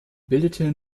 bildete